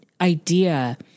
idea